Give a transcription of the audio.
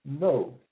No